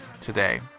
today